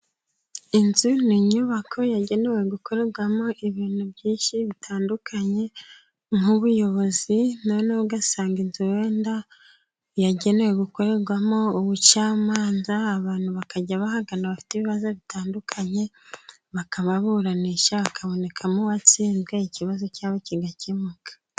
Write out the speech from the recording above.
Inzu ni inyubako yagenewe gukorerwamo ibintu byinshi bitandukanye, nk'ubuyobozi. Noneho ugasanga inzu wenda yagenewe gukorerwamo ubucamanza, abantu bakajya bahagana bafite ibibazo bitandukanye, bakababuranisha hakabonekamo uwatsinzwe ikibazo cyabo kigakemuka.